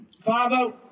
Father